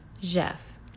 Jeff